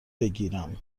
بگیرم